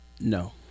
No